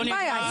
אין בעיה.